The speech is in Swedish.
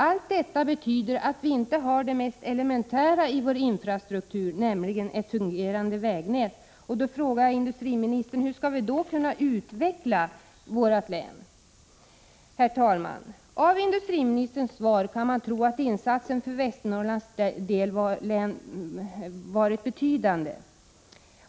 Allt detta betyder att vi inte har ens det mest elementära i vår infrastruktur, nämligen ett fungerande vägnät. Jag frågar därför industriministern: Hur skall vi då kunna utveckla vårt län? Herr talman! Av industriministerns svar kan man tro att insatsen för Västernorrlands läns del varit betydande.